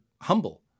humble